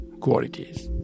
qualities